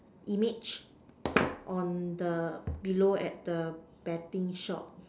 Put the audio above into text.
image on the below at the betting shop